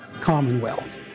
commonwealth